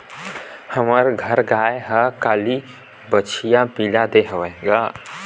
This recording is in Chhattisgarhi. हमर घर गाय ह काली बछिया पिला दे हवय गा